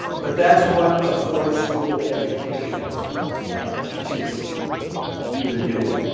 but that's what a ford school education teaches you to do.